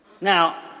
Now